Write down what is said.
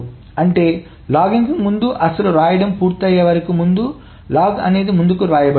అంటే లాగింగ్కు ముందు అసలు రాయడం పూర్తయ్యే ముందు లాగ్ అనేది ముందుకు వ్రాయబడుతుంది